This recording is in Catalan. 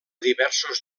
diversos